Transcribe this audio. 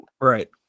Right